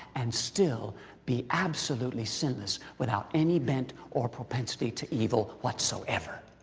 and still be absolutely sinless without any bent or propensity to evil whatsoever.